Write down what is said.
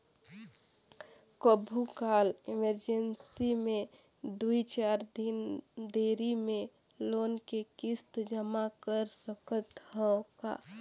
कभू काल इमरजेंसी मे दुई चार दिन देरी मे लोन के किस्त जमा कर सकत हवं का?